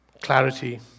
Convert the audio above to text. Clarity